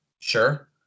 sure